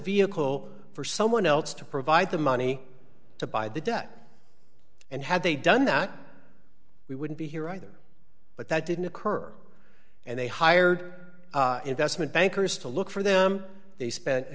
vehicle for someone else to provide the money to buy the debt and had they done that we wouldn't be here either but that didn't occur and they hired investment bankers to look for them they spent a